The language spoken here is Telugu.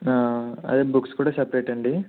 అదే బుక్స్ కూడా సెపరేట్ అండి